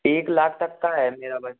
एक लाख तक का है मेरा बज